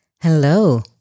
Hello